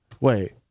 Wait